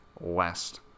west